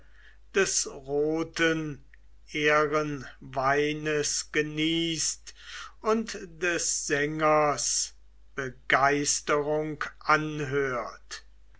des roten ehrenweines genießt und des sängers begeisterung anhört